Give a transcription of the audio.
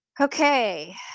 okay